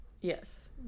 Yes